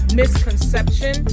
misconception